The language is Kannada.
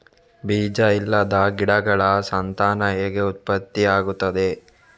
ಬೀಜ ಇಲ್ಲದ ಗಿಡಗಳ ಸಂತಾನ ಹೇಗೆ ಉತ್ಪತ್ತಿ ಆಗುತ್ತದೆ?